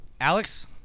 Alex